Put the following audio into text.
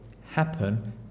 happen